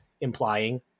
implying